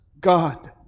God